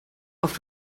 oft